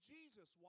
Jesus